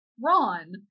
Ron